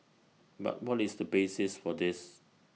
but what is the basis for this